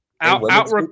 out